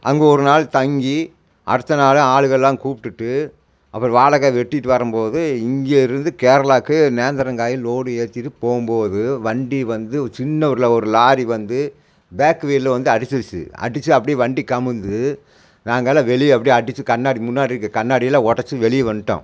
அங்கே ஒரு நாள் தங்கி அடுத்த நாள் ஆளுகளாம் கூப்பிட்டுட்டு அப்பறம் வாழைக்கா வெட்டிட்டு வரும்போது இங்கேருந்து கேரளாக்கு நேந்தரங்காயி லோடு ஏற்றிட்டு போகும்போது வண்டி வந்து சின்ன ஊரில் ஒரு லாரி வந்து பேக் வீல் வந்து அடிச்சிட்டுச்சு அடிச்சி அப்டி வண்டி கவுந்து நாங்களெல்லாம் வெளிய அப்டி அடித்து கண்ணாடி முன்னாடி இருக்க கண்ணாடியலாம் உடச்சி வெளிய வந்துட்டோம்